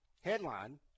headline